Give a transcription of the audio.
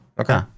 okay